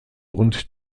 und